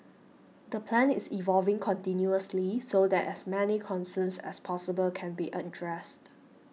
the plan is evolving continuously so that as many concerns as possible can be addressed